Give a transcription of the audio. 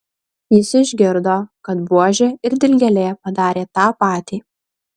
jis išgirdo kad buožė ir dilgėlė padarė tą patį